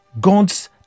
God's